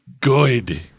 Good